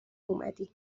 اومدی